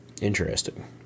Interesting